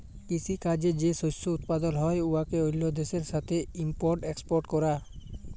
কিসি কাজে যে শস্য উৎপাদল হ্যয় উয়াকে অল্য দ্যাশের সাথে ইম্পর্ট এক্সপর্ট ক্যরা